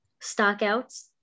stockouts